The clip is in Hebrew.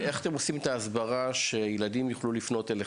איך אתם עושים את ההסברה כדי שילדים יופנו אליכם?